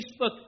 Facebook